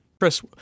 Chris